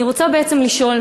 אני רוצה בעצם לשאול,